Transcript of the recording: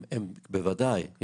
בוודאי.